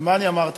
ומה אני אמרתי?